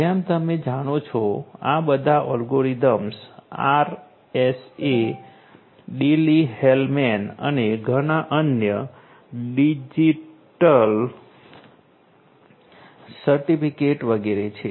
જેમ તમે જાણો છો આ બધા અલ્ગોરિધમ્સ આરએસએ ડિફી હેલમેન અને ઘણા અન્ય ડિજિટલ સર્ટિફિકેટ વગેરે છે